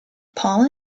paul